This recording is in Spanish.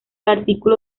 artículo